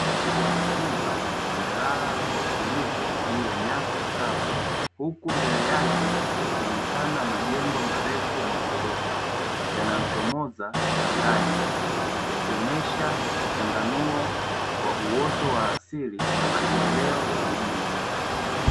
Simba amelala kwa utulivu juu ya nyasi kavu, huku mbele yake yakionekana majengo marefu ya maghorofa yanayochomoza angani yakionesha mchanganuo wa uoto wa asili na maendeleo ya mjini.